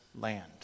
land